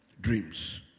Dreams